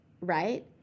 right